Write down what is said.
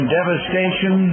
devastation